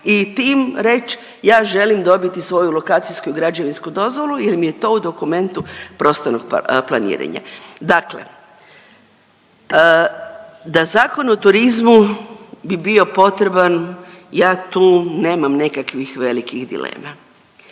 i tim reć ja želim dobiti svoju lokacijsku i građevinsku dozvolu jer mi je to u dokumentu prostornog planiranja. Dakle, da Zakon o turizmu bi bio potreban ja tu nemam nekakvih velikih dilema,